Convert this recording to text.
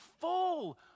full